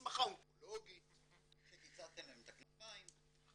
הסמכה אונקולוגית -- שקיצצתם להם את הכנפיים.